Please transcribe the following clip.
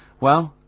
well,